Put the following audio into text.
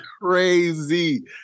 crazy